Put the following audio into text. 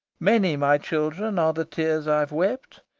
many, my children, are the tears i've wept,